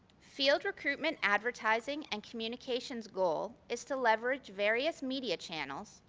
field recruitment advertising and communication goal is to leverage various media channels,